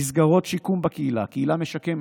מסגרות שיקום בקהילה, קהילה משקמת,